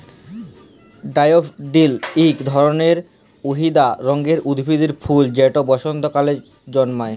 daffodil ইক ধরলের হইলদা রঙের উদ্ভিদের ফুল যেট বসল্তকালে জল্মায়